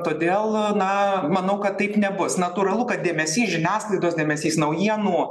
todėl na manau kad taip nebus natūralu kad dėmesys žiniasklaidos dėmesys naujienų